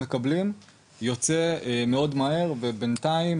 מקבלים יוצא לשוק מאוד מהר ובינתיים.